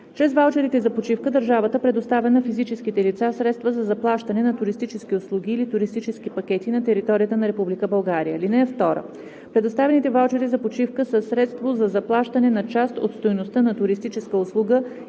Чрез ваучерите за почивка държавата предоставя на физическите лица средства за заплащане на туристически услуги или туристически пакети на територията на Република България. (2) Предоставените ваучери за почивка са средство за заплащане на част от стойността на туристическа услуга